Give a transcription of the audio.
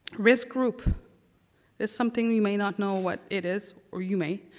risk group is something you may not know what it is, or you may.